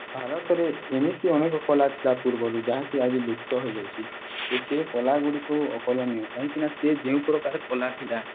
ଭାରତରେ ଏମିତି ଅନେକ କଳା ଥିଲା ପୂର୍ବରୁ ଯାହାକି ଆଜି ଲୁପ୍ତ ହୋଇଯାଇଛି ଯେ ସେ କଳାଗୁଡ଼ିକୁ ଅକଳନୀୟ କାହିଁକିନା ସେ ଯେଉଁ ପ୍ରକାର କଳା ଥିଲା